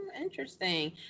Interesting